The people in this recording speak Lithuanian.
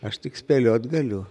aš tik spėliot galiu